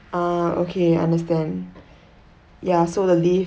ah okay understand ya so the lift